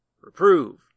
reprove